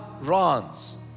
runs